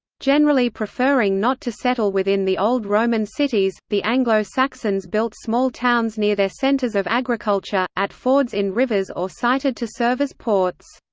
generally preferring not to settle within the old roman cities, the anglo-saxons built small towns near their centres of agriculture, at fords in rivers or sited to serve as ports.